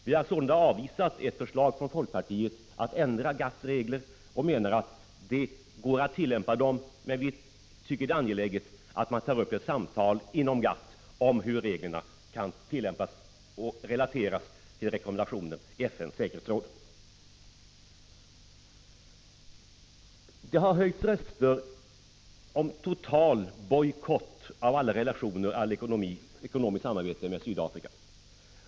Vi har sålunda avvisat ett förslag från folkpartiet att ändra GATT:s regler. Vi menar att det går att tillämpa dem, men vi tycker att det är angeläget att man tar upp ett samtal inom GATT om hur reglerna skall kunna tillämpas och relateras till rekommendationerna i FN:s säkerhetsråd. Det har höjts röster om total bojkott beträffande relationer och allt — Prot. 1985/86:53 ekonomiskt samarbete med Sydafrika.